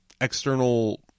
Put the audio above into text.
external